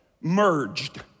merged